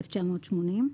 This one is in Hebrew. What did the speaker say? , התש"ם-1980,